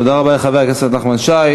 תודה לחבר הכנסת נחמן שי.